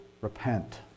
repent